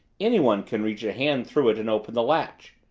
anyone can reach a hand through it and open the latch.